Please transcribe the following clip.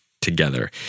together